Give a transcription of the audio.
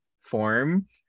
form